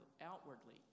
outwardly